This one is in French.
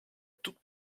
toute